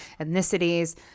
ethnicities